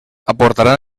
aportaran